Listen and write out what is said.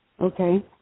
Okay